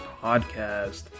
podcast